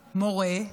מורה,